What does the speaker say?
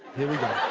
here we go.